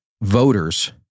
voters